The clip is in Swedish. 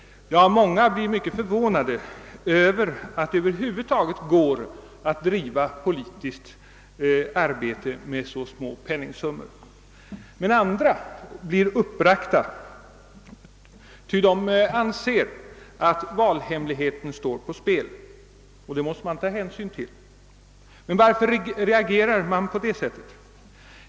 Många blir mycket förvånade över att det över huvud taget går att driva politiskt arbete med så små penningsummor; andra blir uppbragta ty de anser att valhemligheten står på spel, och det måste man ta hänsyn till. Varför reagerar man då på det sättet?